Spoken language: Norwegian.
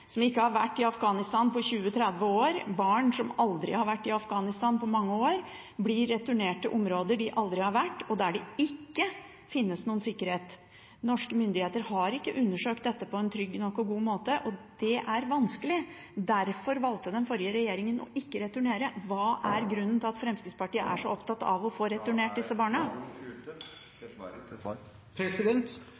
som ikke har vært i Afghanistan på 20–30 år. Barn som ikke har vært i Afghanistan på mange år, blir returnert til områder de aldri har vært, og der det ikke finnes noen sikkerhet. Norske myndigheter har ikke undersøkt dette på en god nok og trygg nok måte, og det er vanskelig. Derfor valgte den forrige regjeringen ikke å returnere . Hva er grunnen til at Fremskrittspartiet er så opptatt av å få returnert disse barna? Da er tiden ute. Grunnen til